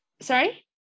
sorry